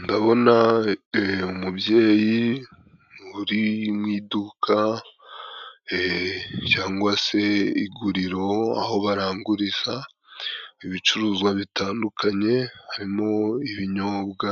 Ndabona umubyeyi uri mu iduka cyangwa se iguriro aho baranguriza ibicuruzwa bitandukanye harimo ibinyobwa